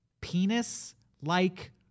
penis-like